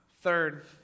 third